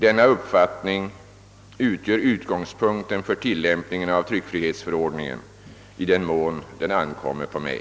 Denna uppfattning utgör utgångspunkten för tillämpningen av tryckfrihetsförordningen i den mån den ankommer på mig.